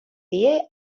die